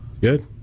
Good